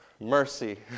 Mercy